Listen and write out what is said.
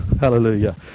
Hallelujah